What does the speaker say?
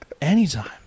Anytime